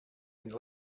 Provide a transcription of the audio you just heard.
and